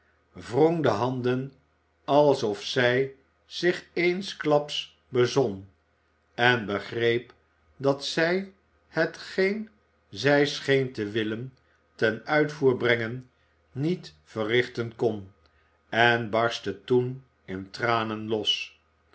wrong de handen alsof zij zich eensklaps bezon en begreep dat zij hetgeen zij scheen te willen ten uitvoer brengen niet verrichten kon en barstte toen in tranen los